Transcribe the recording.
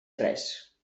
res